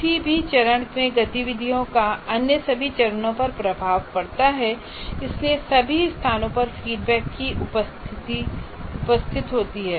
किसी भी चरण में गतिविधियों का अन्य सभी चरणों पर प्रभाव पड़ता है और इसलिए सभी स्थानों पर फीडबैक की उपस्थिति होती है